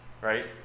Right